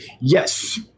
Yes